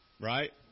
Right